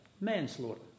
manslaughter